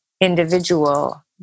individual